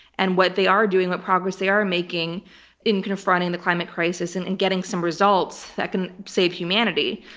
and what they are doing, what progress they are making in confronting the climate crisis and and getting some results that can save humanity.